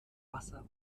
wasser